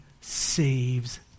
saves